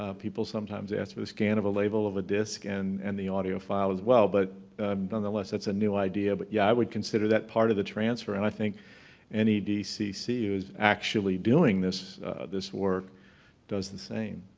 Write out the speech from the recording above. ah people sometimes ask for the scan of a label of a disc and and the audio file as well, but nonetheless, that's a new idea. but but yeah, i would consider that part of the transfer and i think any dcc who was actually doing this this work does the same.